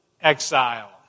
exile